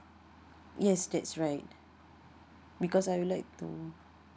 yes that's right because I would like to